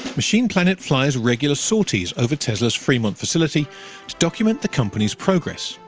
machine planet flies regular sorties over tesla's fremont facility to document the company's progress,